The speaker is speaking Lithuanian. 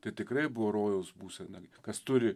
tai tikrai buvo rojaus būsena kas turi